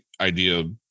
idea